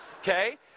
Okay